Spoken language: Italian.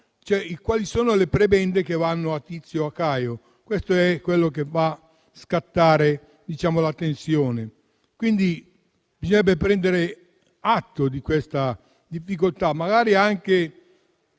quali prebende vanno a Tizio o a Caio. Questo è ciò che fa scattare la tensione. Quindi, bisognerebbe prendere atto di questa difficoltà, magari non